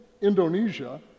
Indonesia